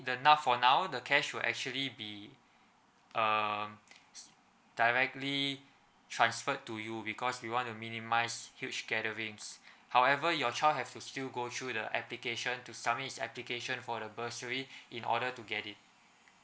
the for now the cash will actually be um directly transferred to you because we wanna minimize huge gatherings however your child have to still go through the application to submit his application for the bursary in order to get it